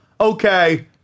okay